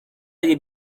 alle